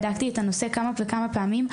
בדקתי את הנושא כמה וכמה פעמים,